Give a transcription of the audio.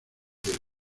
del